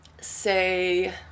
say